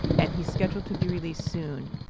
and he's scheduled to be released soon,